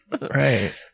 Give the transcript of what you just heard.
right